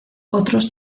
otros